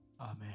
Amen